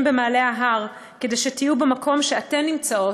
במעלה ההר כדי שתהיו במקום שאתן נמצאות,